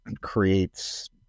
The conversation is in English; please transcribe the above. creates